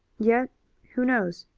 yet who knows?